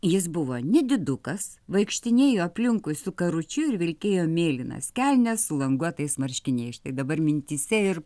jis buvo nedidukas vaikštinėjo aplinkui su karučiu ir vilkėjo mėlynas kelnes su languotais marškiniais štai dabar mintyse ir